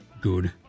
good